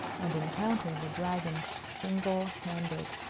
and encounter the dragon single handed.